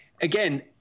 again